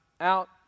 out